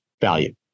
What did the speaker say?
value